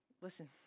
listen